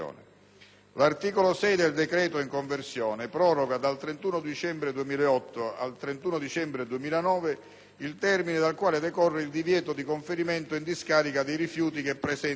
L'articolo 6 del decreto in conversione proroga dal 31 dicembre 2008 al 31 dicembre 2009 il termine dal quale decorre il divieto di conferimento in discarica dei rifiuti che presentano